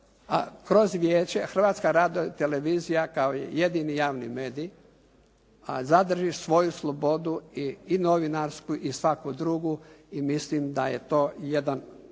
kroz vijeće Hrvatska radiotelevizija kao jedini javni medij zadrži svoju slobodu i novinarsku i svaku drugu i mislim da je to jedan,